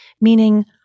Meaning